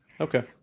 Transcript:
okay